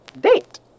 date